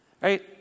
right